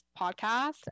podcast